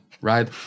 right